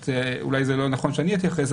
אולי זה לא נכון שאני אתייחס,